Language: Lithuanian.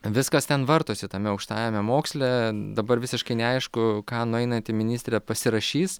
viskas ten vartosi tame aukštajame moksle dabar visiškai neaišku ką nueinanti ministrė pasirašys